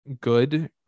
good